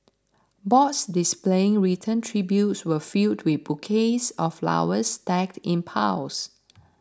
boards displaying written tributes were filled we bouquets of flowers stacked in piles